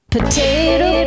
Potato